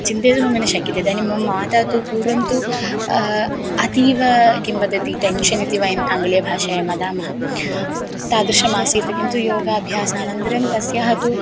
चिन्तयतु मयि न शक्यते इदानीं मम माता तु पूर्वं तु अतीव किं वदति टेन्शन् इति वयम् आङ्ग्लीयभाषायां वदामः तादृशम् आसीत् किन्तु योगाभ्यास अनन्तरं तस्याः तु